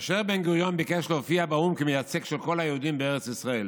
כאשר בן-גוריון ביקש להופיע באו"ם כמייצג של כל היהודים בארץ ישראל